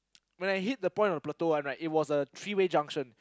when I hit the point of plateau [one] right it was a three way junction